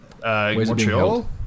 Montreal